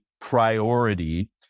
priority